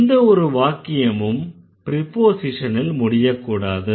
எந்த ஒரு வாக்கியமும் ப்ரிபோஸிஷனில் முடியக்கூடாது